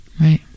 Right